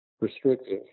restrictive